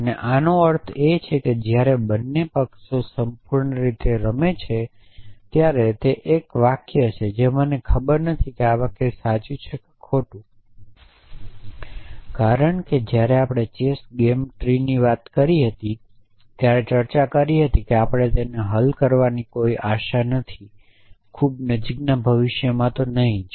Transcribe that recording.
અને આનો અર્થ એ છે કે જ્યારે બંને પક્ષો સંપૂર્ણ રીતે રમે છે ત્યારે તે એક વાક્ય છે જે મને ખબર નથી કે આ વાક્યો સાચા છે કે ખોટા કારણ કે આપણે જ્યારે ચેસ ગેમ ટ્રી ની વાત કરી ત્યારે ચર્ચા કરી કે આપણે તેને હલ કરવાની કોઈ આશા નથી ખૂબ નજીકના ભવિષ્યમાં તો નહીં જ